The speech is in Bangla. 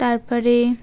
তারপরে